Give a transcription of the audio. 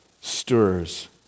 stirs